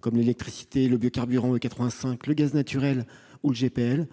comme l'électricité, le biocarburant E85 ou le gaz de pétrole liquéfié, le GPL.